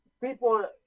people